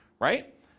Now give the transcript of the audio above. Right